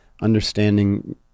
understanding